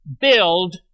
build